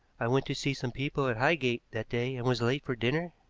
i went to see some people at highgate that day and was late for dinner?